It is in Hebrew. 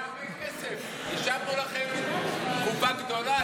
היה הרבה כסף, השארנו לכם קופה גדולה.